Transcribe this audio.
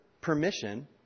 permission